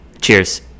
cheers